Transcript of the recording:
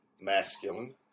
masculine